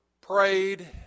prayed